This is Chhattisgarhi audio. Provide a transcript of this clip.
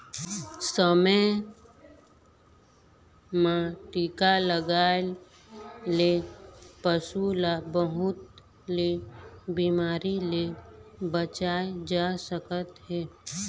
समे म टीका लगवाए ले पशु ल बहुत ले बिमारी ले बचाए जा सकत हे